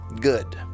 good